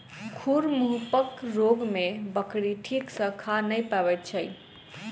खुर मुँहपक रोग मे बकरी ठीक सॅ खा नै पबैत छै